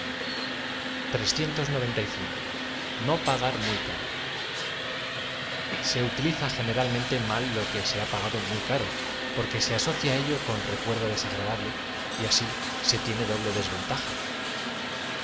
r muy caro se utiliza generalmente mal lo que ae ha pagado muy caro porque se asocia á ello un recuerdo des agradable y asi se tiene doble desveata